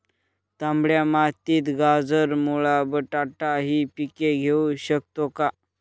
तांबड्या मातीत गाजर, मुळा, बटाटा हि पिके घेऊ शकतो का?